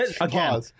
Again